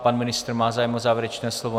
Pan ministr má zájem o závěrečné slovo?